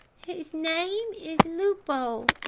his name is lupo,